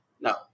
No